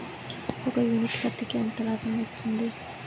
ఒక యూనిట్ పత్తికి ఎంత లాభం వస్తుంది?